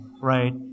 right